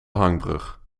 hangbrug